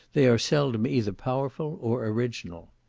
they are seldom either powerful or original.